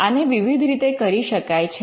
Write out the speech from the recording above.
આને વિવિધ રીતે કરી શકાય છે